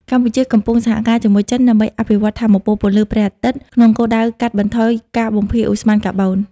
កម្ពុជាកំពុងសហការជាមួយចិនដើម្បីអភិវឌ្ឍថាមពលពន្លឺព្រះអាទិត្យ ក្នុងគោលដៅកាត់បន្ថយការបំភាយឧស្ម័នកាបូន។